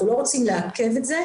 אנחנו לא רוצים לעכב את זה.